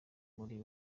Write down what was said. kuri